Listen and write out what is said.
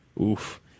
Oof